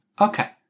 Okay